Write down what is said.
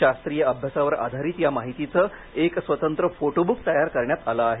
शास्त्रीय अभ्यासावर आधारित या माहितीचे एक स्वतंत्र फोटो ब्क तयार करण्यात आले आहे